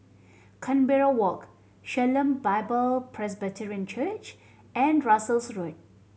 Canberra Walk Shalom Bible Presbyterian Church and Russels Road